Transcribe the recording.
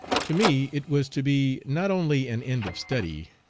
to me it was to be not only an end of study,